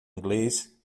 inglês